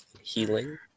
Healing